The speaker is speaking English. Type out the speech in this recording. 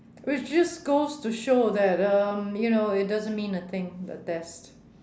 which just goes to show that um you know it doesn't mean a thing the test